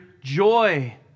joy